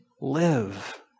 live